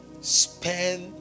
Spend